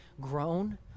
grown